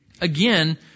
again